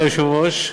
אדוני היושב-ראש,